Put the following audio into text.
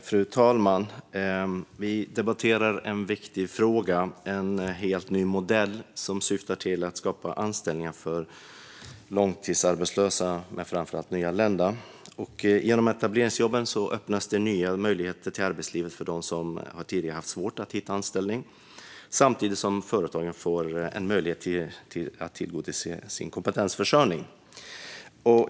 Fru talman! Vi debatterar en viktig fråga, en helt ny modell som syftar till att skapa anställningar för långtidsarbetslösa men framför allt nyanlända. Genom etableringsjobben öppnas nya möjligheter till arbetslivet för dem som tidigare har haft svårt att hitta en anställning. Samtidigt får företagen en möjlighet att tillgodose sin kompetensförsörjning.